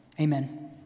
Amen